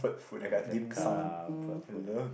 it's a comfort food